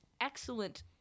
excellent